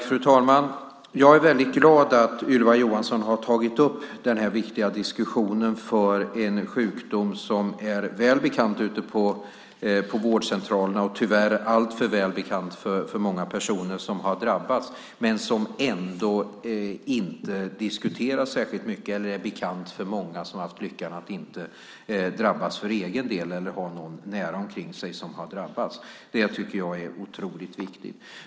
Fru talman! Jag är väldigt glad att Ylva Johansson har tagit upp den här viktiga diskussionen om en sjukdom som är väl bekant på vårdcentralerna och tyvärr alltför väl bekant för många personer som har drabbats men som ändå inte diskuteras särskilt mycket eller är bekant för många som haft lyckan att inte drabbas för egen del eller har någon nära omkring sig som har drabbats. Det är otroligt viktigt.